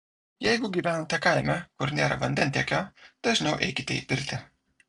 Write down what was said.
jeigu gyvenate kaime kur nėra vandentiekio dažniau eikite į pirtį